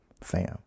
Fam